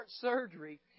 surgery